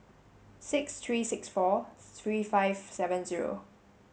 six three six four three five seven zero